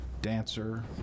dancer